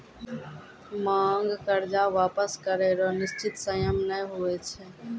मांग कर्जा वापस करै रो निसचीत सयम नै हुवै छै